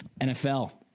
NFL